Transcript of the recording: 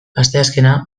asteazkena